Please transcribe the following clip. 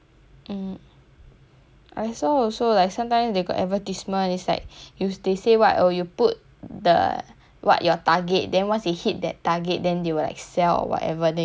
I saw also like sometimes they got advertisement is like you s~ they say what oh you put the what your target then once they hit that target then they will like sell or whatever then you get that money that time